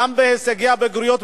גם בהישגי הבגרויות,